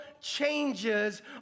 changes